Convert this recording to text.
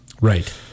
right